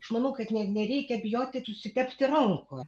aš manau kad ne nereikia bijoti susitepti rankų